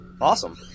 Awesome